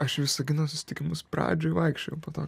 aš į visagino susitikimus pradžioj vaikščiojau po to